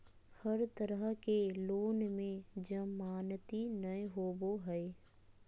हर तरह के लोन में जमानती नय होबो हइ